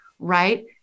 Right